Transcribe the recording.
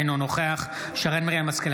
אינו נוכח שרן מרים השכל,